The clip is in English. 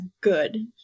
good